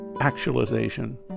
actualization